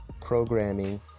programming